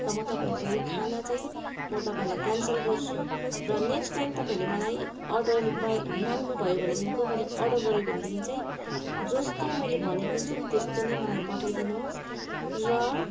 र म तपाईँहरूको यो खाना चाहिँ म तपाईँलाई क्यान्सल गर्छु र नेक्स्ट टाइम तपाईँले मलाई अर्डर माग माग्नु भयो भनेदेखिको मैले अर्डर गरेँ भनेदेखि चाहिँ जस्तो मैले भनेको छु त्यस्तै नै मलाई पठाइदिनुहोस् र